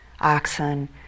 oxen